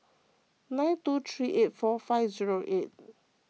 nine two three eight four five zero eight